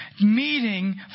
meeting